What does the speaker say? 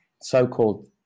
so-called